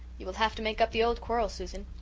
you will have to make up the old quarrel, susan.